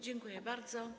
Dziękuję bardzo.